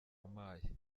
wampaye